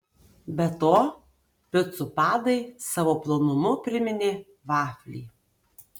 be to picų padai savo plonumu priminė vaflį